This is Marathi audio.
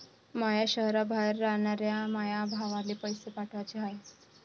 माया शैहराबाहेर रायनाऱ्या माया भावाला पैसे पाठवाचे हाय